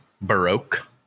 baroque